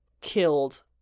killed